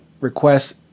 request